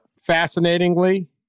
Fascinatingly